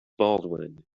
baldwin